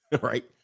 right